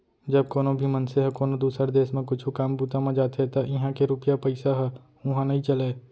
जब कोनो भी मनसे ह कोनो दुसर देस म कुछु काम बूता म जाथे त इहां के रूपिया पइसा ह उहां नइ चलय